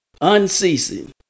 unceasing